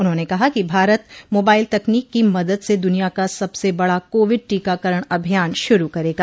उन्होंने कहा कि भारत मोबाइल तकनीक की मदद से दुनिया का सबसे बड़ा कोविड टीकाकरण अभियान शुरू करेगा